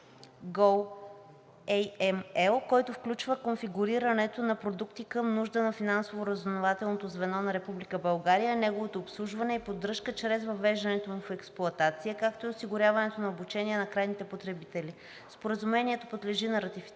goAML, които включват конфигурирането на продукта към нуждите на финансово разузнавателното звено на Република България, неговото обслужване и поддръжка след въвеждането му в експлоатация, както и осигуряването на обучение на крайните потребители. Споразумението подлежи на ратифициране